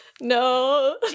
No